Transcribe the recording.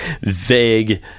vague